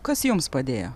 kas jums padėjo